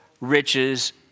riches